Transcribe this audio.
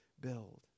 build